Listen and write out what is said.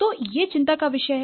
तो यह चिंता का विषय है